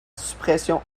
suppression